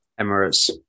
emirates